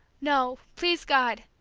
no, please god,